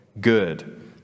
good